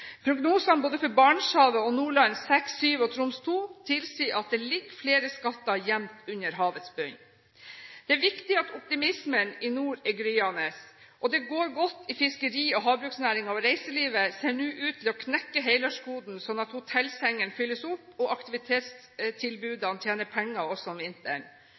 Prognosene for både Barentshavet og Nordland VI, VII og Troms II tilsier at det ligger flere skatter gjemt under havets bunn. Det er viktig at optimismen i nord er gryende. Det går godt i fiskeri- og havbruksnæringen, og reiselivet ser nå ut til å knekke helårskoden, slik at hotellsengene fylles opp, og at man tjener penger på aktivitetstilbudene også om vinteren.